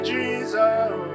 Jesus